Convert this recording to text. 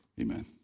Amen